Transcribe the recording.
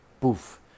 poof